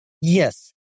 Yes